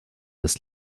des